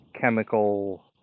chemical